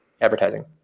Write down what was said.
advertising